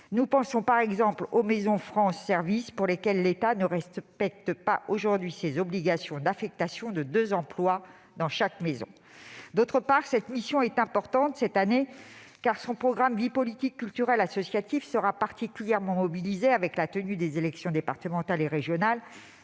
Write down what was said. Nous pensons par exemple aux maisons France Services, pour lesquelles l'État ne respecte pas aujourd'hui ses obligations d'affectation de deux emplois par maison. D'autre part, cette mission est importante cette année dans la mesure où son programme 232, « Vie politique, cultuelle et associative », sera particulièrement mobilisé avec la tenue des élections départementales et régionales,